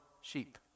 sheep